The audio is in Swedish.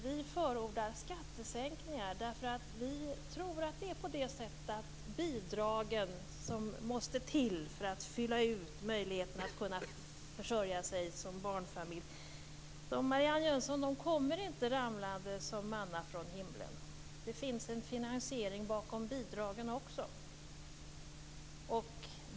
Vi förordar skattesänkningar, därför att vi tror att de bidrag som måste till för att fylla ut möjligheten att försörja sig som barnfamilj inte kommer fallande som manna från himlen. Det finns en finansiering bakom bidragen också.